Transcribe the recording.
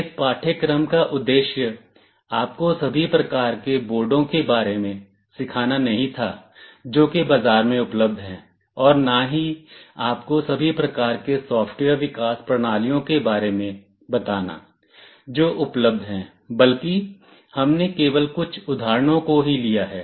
इस पाठ्यक्रम का उद्देश्य आपको सभी प्रकार के बोर्डों के बारे में सिखाना नहीं था जो कि बाजार में उपलब्ध हैं और ना ही आपको सभी प्रकार के सॉफ्टवेयर विकास प्रणालियों के बारे में बताना जो उपलब्ध हैं बल्कि हमने केवल कुछ उदाहरणों को ही लिया है